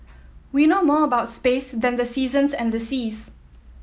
we know more about space than the seasons and the seas